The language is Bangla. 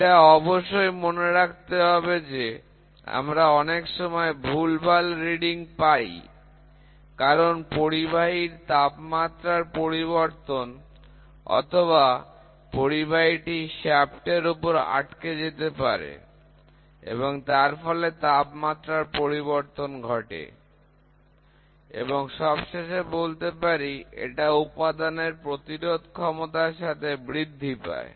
এটা অবশ্যই মনে রাখতে হবে যে আমরা অনেক সময় ভুল রিডিং পাই কারণ পরিবাহীর তাপমাত্রার পরিবর্তন অথবা পরিবাহী টি শ্যাফট এর উপর আটকে যেতে পারে এবং তার ফলে তাপমাত্রার পরিবর্তন ঘটে এবং সবশেষে বলতে পারি এটা উপাদানের প্রতিরোধ ক্ষমতার সাথে বৃদ্ধি পায়